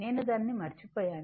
నేను దానిని మర్చిపోయాను